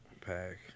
pack